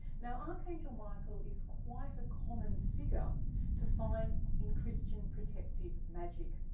now archangel michael is quite a common figure to find in christian protective magic.